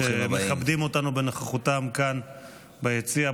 שמכבדים אותנו בנוכחותם כאן ביציע.